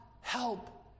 help